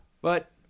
But-